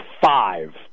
Five